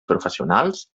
professionals